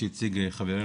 כפי שהציג חברי,